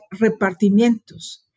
repartimientos